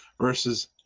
versus